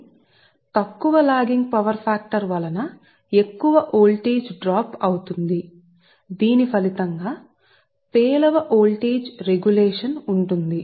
మరియు సంఖ్య 4 తక్కువ లాగింగ్ పవర్ ఫ్యాక్టర్ ఫలితంగా ఎక్కువ వోల్టేజ్ డ్రాప్ అవుతుంది దీని ఫలితంగా పేలవమైన వోల్టేజ్ నియంత్రణ ఉంటుంది